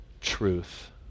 truth